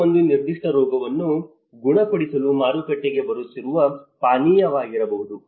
ಇದು ಒಂದು ನಿರ್ದಿಷ್ಟ ರೋಗವನ್ನು ಗುಣಪಡಿಸಲು ಮಾರುಕಟ್ಟೆಗೆ ಬರುತ್ತಿರುವ ಪಾನೀಯವಾಗಿರಬಹುದು